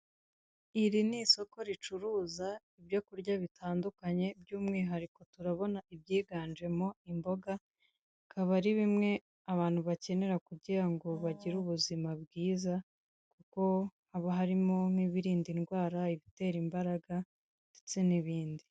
Iri ni isoko ricuruza ibyo kurya bitandukanye by'umwihariko turabona ibyiganjemo imboga, bikaba ari bimwe abantu bakenera kugira ngo bagire ubuzima bwiza, kuko haba harimo nk'ibirinda indwara, ibitera imbaraga ndetse n'ibindi.